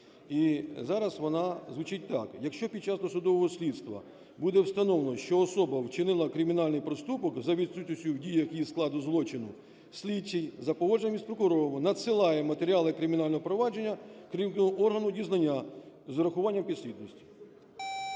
зараз вона звучить так: "Якщо під час досудового слідства буде встановлено, що особа вчинила кримінальний проступок за відсутністю в діях її складу злочину, слідчий за погодженням із прокурором надсилає матеріали кримінального провадження керівнику органу дізнання з урахуванням підслідності".